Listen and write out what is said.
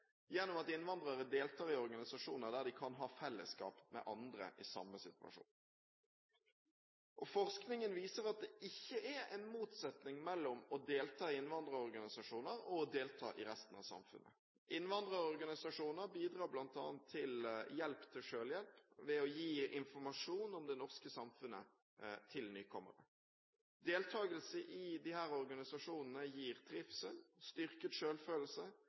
gjennom at innvandrere deltar i organisasjoner der de kan ha fellesskap med andre i samme situasjon. Forskningen viser at det ikke er en motsetning mellom å delta i innvandrerorganisasjoner og å delta i resten av samfunnet. Innvandrerorganisasjoner bidrar bl.a. til «hjelp til selvhjelp» ved å gi informasjon om det norske samfunnet til nykommere. Deltakelse i disse organisasjonene gir trivsel, styrket